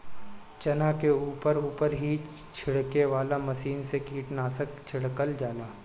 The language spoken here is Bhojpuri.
चना के ऊपर ऊपर ही छिड़के वाला मशीन से कीटनाशक छिड़कल जाला